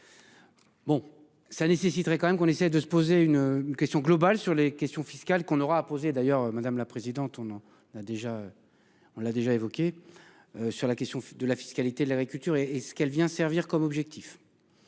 Bon, ça nécessiterait quand même qu'on essaye de se poser une question globale sur les questions fiscales qu'on aura à poser d'ailleurs madame la présidente. On en a déjà. On l'a déjà évoqué. Sur la question de la fiscalité de l'agriculture et est-ce qu'elle vient servir comme objectif.